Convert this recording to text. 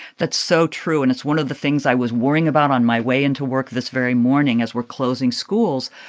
that's so true. and it's one of the things i was worrying about on my way into work this very morning as we're closing schools,